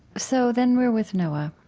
so then we're with noah,